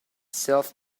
self